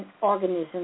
organisms